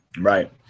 Right